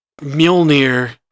Mjolnir